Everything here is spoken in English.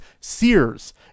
Sears